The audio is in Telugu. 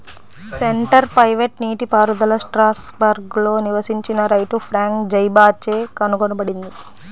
సెంటర్ పైవట్ నీటిపారుదల స్ట్రాస్బర్గ్లో నివసించిన రైతు ఫ్రాంక్ జైబాచ్ చే కనుగొనబడింది